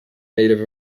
native